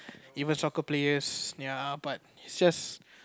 even soccer players ya but it's just